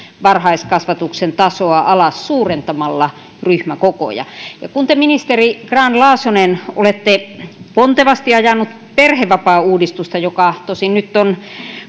varhaiskasvatuksen tasoa alas suurentamalla ryhmäkokoja kun te ministeri grahn laasonen olette pontevasti ajanut perhevapaauudistusta joka tosin nyt on